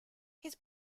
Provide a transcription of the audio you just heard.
his